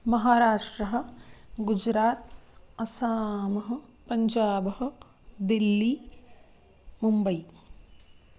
महाराष्ट्रं गुजरात् असामः पञ्जाबः दिल्ली मुम्बै